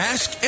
Ask